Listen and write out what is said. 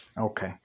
Okay